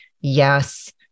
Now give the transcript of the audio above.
yes